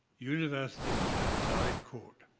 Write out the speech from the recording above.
university of strathclyde court.